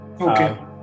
Okay